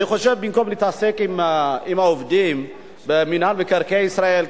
אני חושב שבמקום להתעסק עם העובדים במינהל מקרקעי ישראל,